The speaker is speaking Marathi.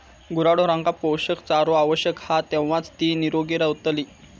गुराढोरांका पोषक चारो आवश्यक हा तेव्हाच ती निरोगी रवतली